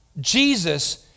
Jesus